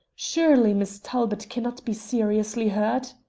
surely miss talbot cannot be seriously hurt?